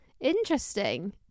interesting